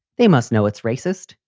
they must know it's racist.